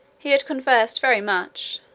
he had conversed very much,